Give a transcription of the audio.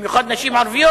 במיוחד נשים ערביות?